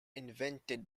invented